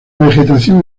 vegetación